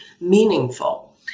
meaningful